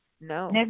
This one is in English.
No